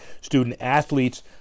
student-athletes